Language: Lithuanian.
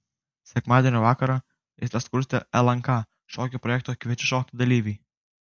sekmadienio vakarą aistras kurstė lnk šokių projekto kviečiu šokti dalyviai